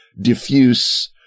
diffuse